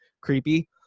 creepy